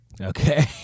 Okay